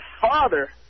father